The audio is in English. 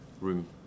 room